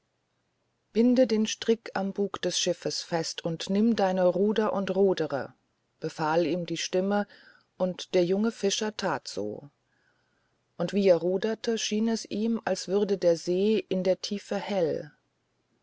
binde den strick am bug des schiffes fest und nimm deine ruder und rudere befahl ihm die stimme und der junge fischer tat so und wie er ruderte schien es ihm als würde der see in der tiefe hell